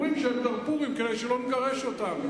אומרים שהם דארפורים כדי שלא נגרש אותם.